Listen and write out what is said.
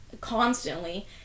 constantly